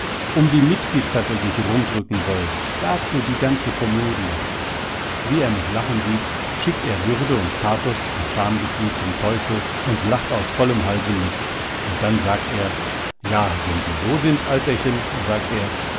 um die mitgift hat er sich rumdrücken wollen dazu die ganze komödie wie er mich lachen sieht schickt er würde und pathos und schamgefühl zum teufel und lacht aus vollem halse mit und dann sagt er ja wenn sie so sind alterchen sagt er